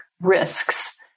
risks